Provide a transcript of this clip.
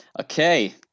Okay